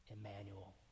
Emmanuel